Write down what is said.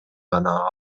гана